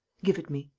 give it me.